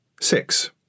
Six